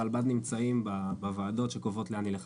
הרלב"ד נמצאים בוועדות שקובעות לאן ילך